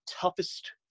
toughest